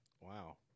Wow